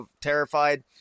terrified